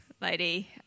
lady